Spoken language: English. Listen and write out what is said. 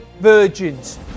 Virgins